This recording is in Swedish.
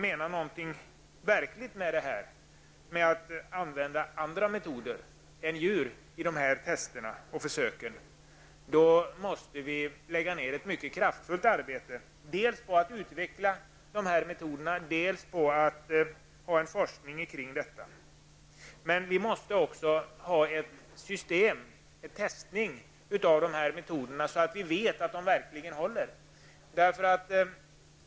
Om vi verkligen menar något med talet om andra metoder än användningen av djur vid tester och försök, måste vi mycket kraftfullt arbeta dels på att utveckla de olika metoderna, dels på att få en forskning kring dessa saker. Dessutom måste vi ha ett system för testning av de olika metoderna, så att vi vet att de verkligen håller måttet.